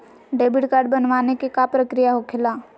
Debit card बनवाने के का प्रक्रिया होखेला?